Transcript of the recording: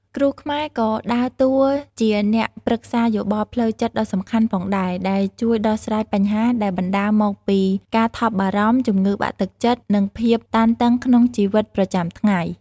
គ្រូខ្មែរក៏ដើរតួជាអ្នកប្រឹក្សាយោបល់ផ្លូវចិត្តដ៏សំខាន់ផងដែរ ដែលជួយដោះស្រាយបញ្ហាដែលបណ្តាលមកពីការថប់បារម្ភ ជំងឺបាក់ទឹកចិត្ត និងភាពតានតឹងក្នុងជីវិតប្រចាំថ្ងៃ។